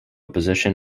position